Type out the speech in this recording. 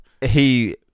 he-